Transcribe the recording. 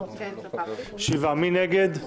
7 נגד,